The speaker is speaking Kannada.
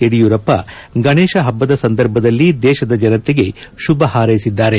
ಯಡಿಯೂರಪ್ಪ ಗಣೇಶ ಹಬ್ಬದ ಸಂದರ್ಭದಲ್ಲಿ ದೇಶದ ಜನತೆಗೆ ಶುಭ ಹಾರ್ೈಸಿದ್ದಾರೆ